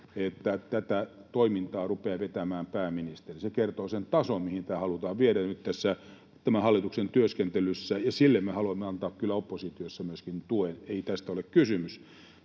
että tätä toimintaa rupeaa vetämään pääministeri. Se kertoo sen tason, mihin tämä halutaan viedä nyt tämän hallituksen työskentelyssä, ja sille me haluamme antaa kyllä oppositiossa myöskin tuen. Ei tästä ole kysymystäkään.